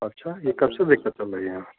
अच्छा ये कब से दिक्कत चल रही है